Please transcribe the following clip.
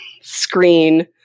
screen